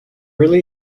really